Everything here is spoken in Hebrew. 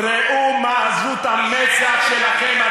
ראו מה עזות המצח שלכם.